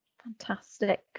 Fantastic